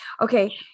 okay